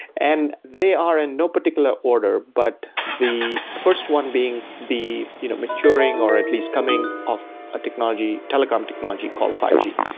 and they are in no particular order, but the first one being the you know maturing or at least coming of a technology, telecom technology called five g.